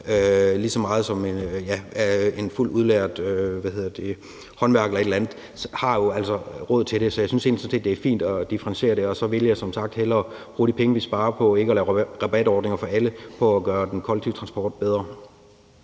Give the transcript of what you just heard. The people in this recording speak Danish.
lige så meget som en fuldt udlært håndværker eller et eller andet, har jo altså råd til det. Så jeg synes sådan set, det er fint at differentiere det, og så ville jeg som sagt hellere bruge de penge, vi sparer ved ikke at lave rabatordninger for alle, på at gøre den kollektive transport bedre.